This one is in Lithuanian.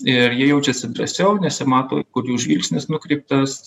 ir jie jaučiasi drąsiau nesimato kur jų žvilgsnis nukreiptas